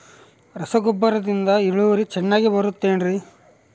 ರಸಗೊಬ್ಬರದಿಂದ ಇಳುವರಿ ಚೆನ್ನಾಗಿ ಬರುತ್ತೆ ಏನ್ರಿ?